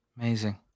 Amazing